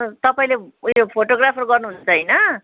तपाईँले उयो फोटोग्राफर गर्नु हुन्छ होइन